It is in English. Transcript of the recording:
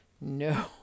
no